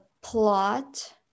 plot